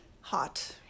hot